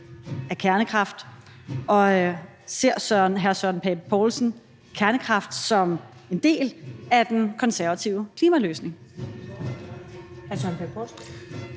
af kernekraft, og ser hr. Søren Pape Poulsen kernekraft som en del af den konservative klimaløsning?